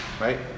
Right